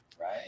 Right